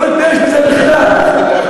לא אתבייש בזה בכלל.